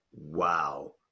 wow